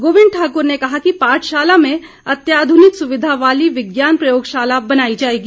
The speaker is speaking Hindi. गोबिंद ठाकुर ने कहा कि पाठशाला में अत्याध्रनिक सुविधा वाली विज्ञान प्रयोगशाला बनाई जाएगी